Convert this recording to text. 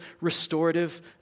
restorative